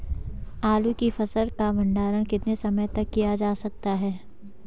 आलू की फसल का भंडारण कितने समय तक किया जा सकता है?